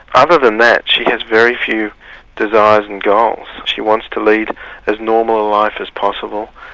other than that, she has very few desires and goals. she wants to lead as normal a life as possible,